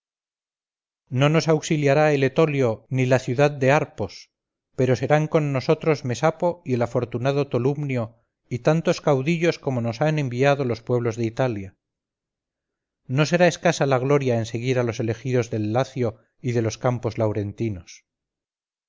no nos auxiliará el etolio ni la ciudad de arpos pero serán con nosotros mesapo y el afortunado tolumnio y tantos caudillos como nos han enviado los pueblos de italia no será escasa la gloria en seguir a los elegidos del lacio y de los campos laurentinos